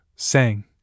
sang